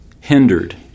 hindered